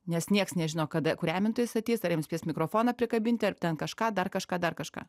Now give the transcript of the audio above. nes nieks nežino kada kurią minutę jis ateis ar jiems mikrofoną prikabinti ar ten kažką dar kažką dar kažką